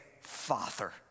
Father